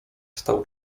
stał